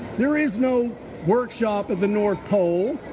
there is no workshop at the north pole,